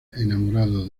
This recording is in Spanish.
enamorado